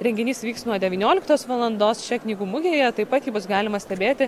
renginys vyks nuo devynioliktos valandos čia knygų mugėje taip pat jį bus galima stebėti